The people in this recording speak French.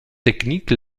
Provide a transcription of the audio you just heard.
technique